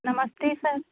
नमस्ते सर